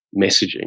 messaging